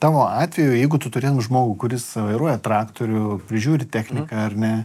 tavo atveju jeigu tu turėtum žmogų kuris vairuoja traktorių prižiūri techniką ar ne